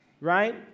right